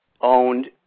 owned